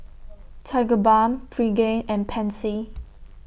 Tigerbalm Pregain and Pansy